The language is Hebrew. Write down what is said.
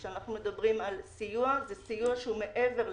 כשאנחנו מדברים על סיוע, זה סיוע שהוא מעבר לחוק.